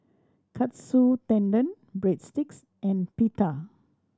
Katsu Tendon Breadsticks and Pita